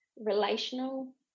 relational